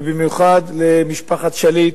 ובמיוחד למשפחת שליט,